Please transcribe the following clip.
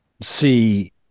see